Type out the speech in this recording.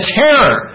terror